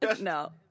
no